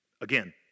Again